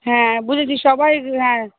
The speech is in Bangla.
হ্যাঁ বুঝেছি সবাই হ্যাঁ